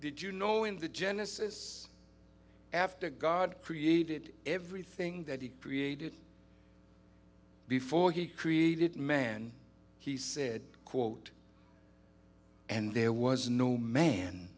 did you know in the genesis after god created everything that he created before he created man he said quote and there was no man